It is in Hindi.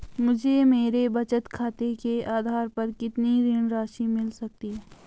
मुझे मेरे बचत खाते के आधार पर कितनी ऋण राशि मिल सकती है?